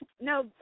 no